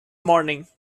morning